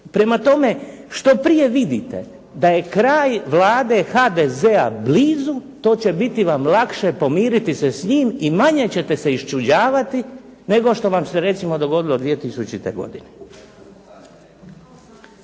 Prema tome, što prije vidite da je kraj Vlade HDZ-a blizu to će vam biti lakše pomiriti se s njim i manje ćete se iščuđavati nego što vam se to dogodilo 2000. godine.